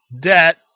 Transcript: debt